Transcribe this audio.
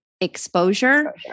exposure